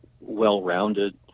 well-rounded